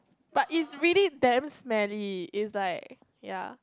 but it's really damn smelly it's like ya